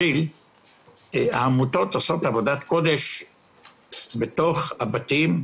העמותות עושות עבודת קודש בתוך הבתים,